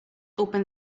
open